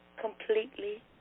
completely